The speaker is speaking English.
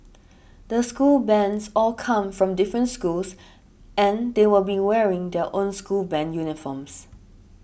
the school bands all come from different schools and they will be wearing their own school band uniforms